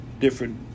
different